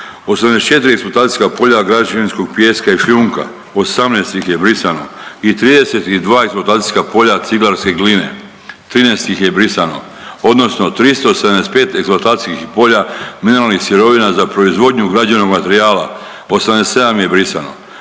84 eksploatacijskog polja građevinskog pijeska i šljunka, 18 ih je brisano i 32 eksploatacijska polja ciglarske gline 13 ih je brisano, odnosno 375 eksploatacijskih polja mineralnih sirovina za proizvodnju građevnog materijala 87 je brisano.